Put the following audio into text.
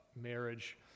marriage